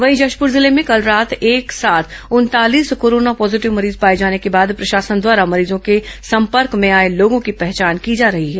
वहीं जशपुर जिले में कल रात एक साथ उनतालीस कोरोना पॉजीटिव मरीज पाए जाने के बाद प्रशासन द्वारा मरीजों के संपर्क में आए लोगों की पहचान की जा रही है